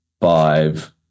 five